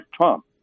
Trump